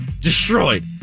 destroyed